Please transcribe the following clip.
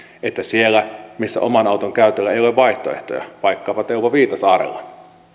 että siellä missä oman auton käytölle ei ole vaihtoehtoja vaikkapa teuvon viitasaarella